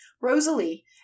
Rosalie